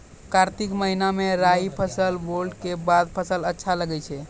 कार्तिक महीना मे राई फसल बोलऽ के बाद फसल अच्छा लगे छै